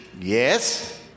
Yes